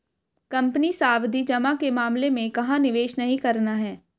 Company सावधि जमा के मामले में कहाँ निवेश नहीं करना है?